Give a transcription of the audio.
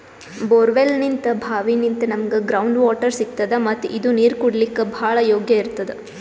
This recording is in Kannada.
ಬೋರ್ವೆಲ್ನಿಂತ್ ಭಾವಿನಿಂತ್ ನಮ್ಗ್ ಗ್ರೌಂಡ್ ವಾಟರ್ ಸಿಗ್ತದ ಮತ್ತ್ ಇದು ನೀರ್ ಕುಡ್ಲಿಕ್ಕ್ ಭಾಳ್ ಯೋಗ್ಯ್ ಇರ್ತದ್